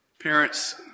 Parents